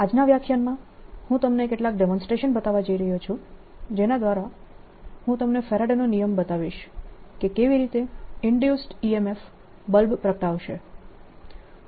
આજના વ્યાખ્યાનમાં હું તમને કેટલાક ડેમોન્સ્ટ્રેશન્સ બતાવવા જઈ રહ્યો છું જેના દ્વારા હું તમને ફેરાડેનો નિયમ બતાવીશ કે કેવી રીતે ઇન્ડ્યુસ્ડ EMF બલ્બ પ્રગટાવશે